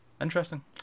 interesting